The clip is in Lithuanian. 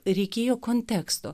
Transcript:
reikėjo konteksto